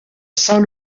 saint